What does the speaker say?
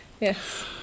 Yes